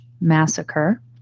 Massacre